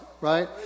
right